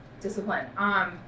discipline